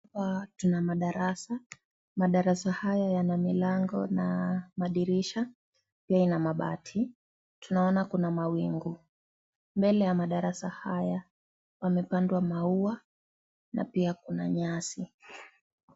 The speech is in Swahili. Hapa tuna madarasa, madarasa haya yana milango na madirisha pia ina mabati. Tunaona kuna mawingu. Mbele ya madarasa haya pamepandwa maua na pia kuna nyasi.